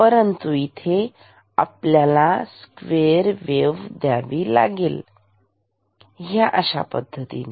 परंतु इथे आपल्याला स्क्वेअर वेव्ह द्यायची आहे अशा पद्धतीने